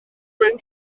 cryf